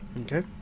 Okay